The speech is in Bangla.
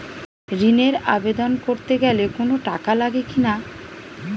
ঋণের আবেদন করতে গেলে কোন টাকা লাগে কিনা?